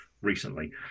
recently